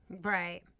Right